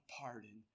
pardon